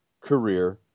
career